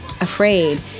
afraid